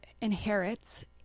inherits